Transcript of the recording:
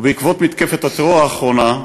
ובעקבות מתקפת הטרור האחרונה,